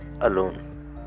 alone